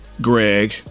Greg